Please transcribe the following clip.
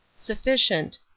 sufficient